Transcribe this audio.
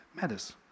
matters